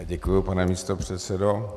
Děkuji, pane místopředsedo.